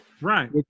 Right